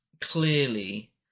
clearly